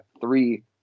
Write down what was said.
three